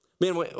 Man